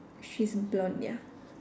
she's blonde ya